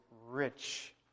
rich